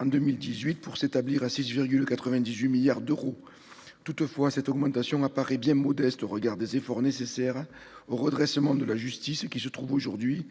en 2018, pour s'établir à 6,98 milliards d'euros. Toutefois, cette augmentation paraît bien modeste au regard des efforts nécessaires au redressement de la justice, qui se trouve aujourd'hui